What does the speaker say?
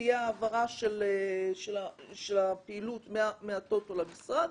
תהיה העברה של הפעילות מהטוטו למשרד,